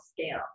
scale